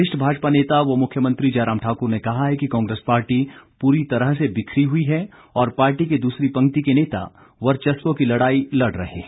वरिष्ठ भाजपा नेता व मुख्यमंत्री जयराम ठाकुर ने कहा है कि कांग्रेस पार्टी पूरी तरह से बिखरी हुई है और पार्टी के दूसरी पंक्ति के नेता वर्चस्व की लड़ाई लड़ रहे हैं